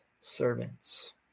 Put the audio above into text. servants